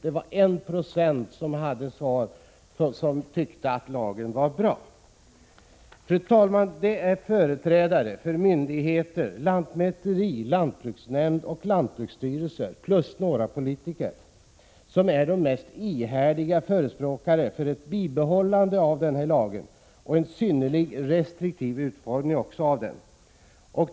1 90 svarade att de tyckte att lagen var bra. Fru talman! Det är företrädare för myndigheter, lantmäteri, lantbruksnämnd och lantbruksstyrelse plus några politiker som är de mest ihärdiga förespråkarna för ett bibehållande av denna lag och en synnerligen restriktiv utformning av lagen.